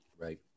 Right